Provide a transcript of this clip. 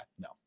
no